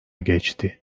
geçti